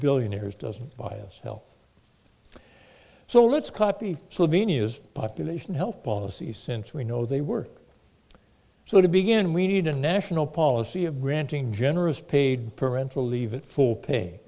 billionaires doesn't by itself so let's copy so beany is population health policy since we know they were so to begin we need a national policy of granting generous paid parental leave it for pay